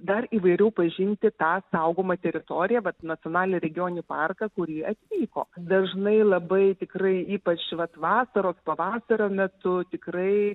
dar įvairiau pažinti tą saugomą teritoriją vat nacionalinį regioninį parką kurį atvyko dažnai labai tikrai ypač vat vasaros pavasario metu tikrai